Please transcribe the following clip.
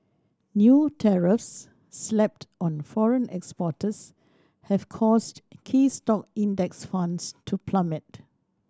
new tariffs slapped on foreign exporters have caused key stock Index Funds to plummet